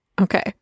Okay